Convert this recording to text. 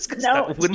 No